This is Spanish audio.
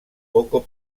poco